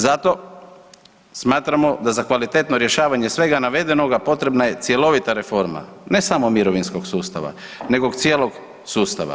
Zato smatramo da za kvalitetno rješavanje svega navedenoga potrebna je cjelovita reforma ne samo mirovinskog sustava nego cijelog sustava.